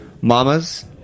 Mama's